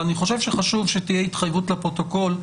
אבל אני חושב שחשוב שתהיה התחייבות לפרוטוקול.